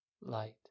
light